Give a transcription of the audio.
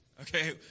Okay